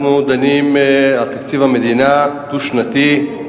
אנחנו דנים על תקציב המדינה הדו-שנתי,